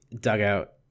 dugout